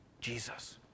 Jesus